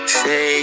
say